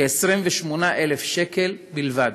כ-28,000 שקל בלבד.